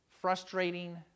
frustrating